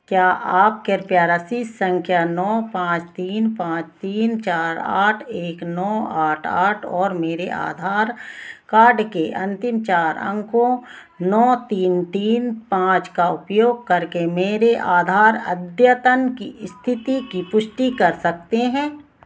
क्या आप कृपया रसीद संख्या नौ पाँच तीन पाँच तीन चार आठ एक नौ आठ आठ और मेरे आधार कार्ड के अंतिम चार अंकों नौ तीन तीन पाँच का उपयोग करके मेरे आधार अद्यतन की स्थिति की पुष्टि कर सकते हैं